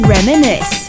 Reminisce